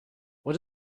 what